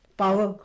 power